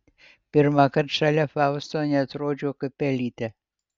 pirmąkart šalia fausto neatrodžiau kaip pelytė